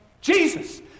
Jesus